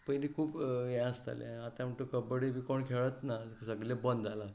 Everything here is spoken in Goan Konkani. पयलीं खूब हें आसतालें आतां म्हूण तूं कबड्डी बी कोण खेळच ना सगळें बंद जालां